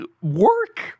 work